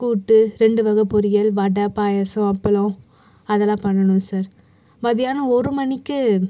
கூட்டு ரெண்டு வகை பொரியல் வடை பாயசம் அப்பளம் அதெல்லாம் பண்ணணும் சார் மத்தியானம் ஒரு மணிக்கு